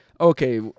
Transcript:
Okay